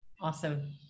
Awesome